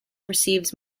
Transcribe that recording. receives